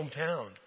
hometown